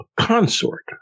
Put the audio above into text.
consort